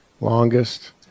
Longest